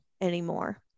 anymore